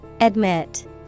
Admit